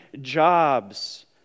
jobs